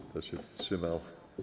Kto się wstrzymał?